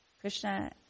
Krishna